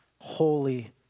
holy